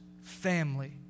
family